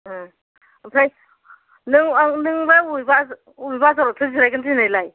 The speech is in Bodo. उम ओमफ्राय नों आं नोंलाय अबे बाजार अबे बाजारावथो जिरायगोन दिनैलाय